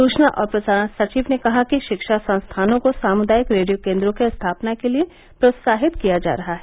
सूचना और प्रसारण सचिव ने कहा कि शिक्षा संस्थानों को सामुदायिक रेडियो केंद्रों की स्थापना के लिए प्रोत्साहित किया जा रहा है